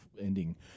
ending